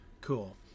cool